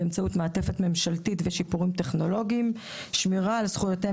באמצעות מעטפת ממשלתית ושיפורים טכנולוגים; שמירה על זכויותיהם